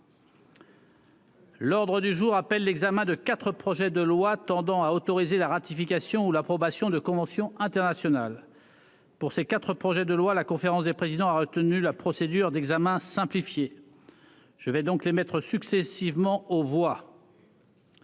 L'ordre du jour appelle l'examen de 4 projets de loi tendant à autoriser la ratification ou l'approbation de conventions internationales pour ces 4 projets de loi, la conférence des présidents a retenu la procédure d'examen simplifiée, je vais donc les maîtres successivement aux voix.